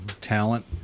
talent